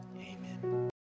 amen